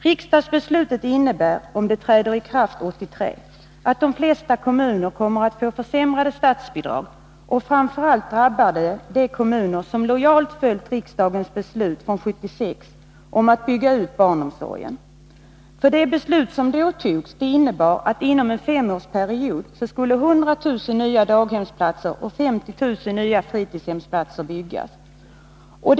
Riksdagsbeslutet innebär, om det träder i kraft 1983, att de flesta kommuner kommer att få försämrade statsbidrag, och framför allt drabbar det de kommuner som lojalt följt riksdagens beslut från 1976 om att bygga ut barnomsorgen. Det beslut som då fattades innebar att 100000 nya daghemsplatser och 50 000 nya fritidshemsplatser skulle byggas inom en femårsperiod.